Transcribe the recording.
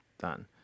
Done